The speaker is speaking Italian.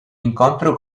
incontro